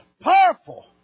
Powerful